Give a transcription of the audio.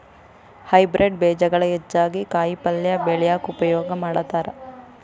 hybrid ಬೇಜಗಳು ಹೆಚ್ಚಾಗಿ ಕಾಯಿಪಲ್ಯ ಬೆಳ್ಯಾಕ ಉಪಯೋಗ ಮಾಡತಾರ